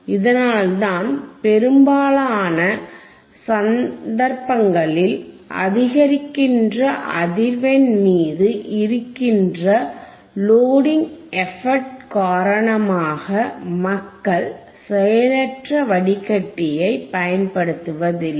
இதனால்தான் பெரும்பாலான சந்தர்ப்பங்களில் அதிகரிக்கின்ற அதிர்வெண் மீது இருக்கின்ற லோடிங் எபக்ட் காரணமாக மக்கள் செயலற்ற வடிகட்டியைப் பயன்படுத்துவதில்லை